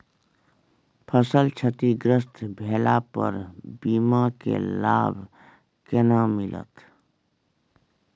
फसल क्षतिग्रस्त भेला पर बीमा के लाभ केना मिलत?